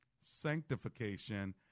sanctification